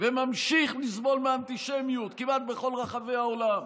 וממשיך לסבול מאנטישמיות כמעט בכל רחבי העולם,